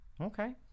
Okay